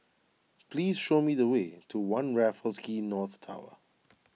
please show me the way to one Raffles Quay North Tower